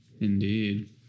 Indeed